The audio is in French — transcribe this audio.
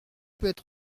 peut